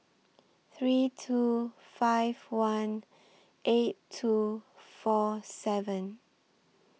three two five one eight two four seven